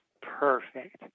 perfect